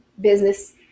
business